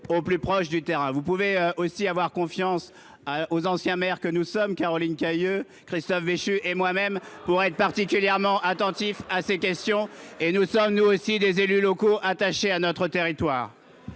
au plus proche du terrain. Vous pouvez aussi faire confiance aux anciens maires que nous sommes, Caroline Cayeux, Christophe Béchu et moi-même, pour être particulièrement attentifs à ces questions. Vous avez bien changé ! Nous sommes nous aussi des élus locaux attachés à nos territoires.